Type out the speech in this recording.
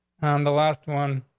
and the last one,